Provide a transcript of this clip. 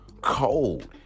cold